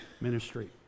ministry